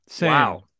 wow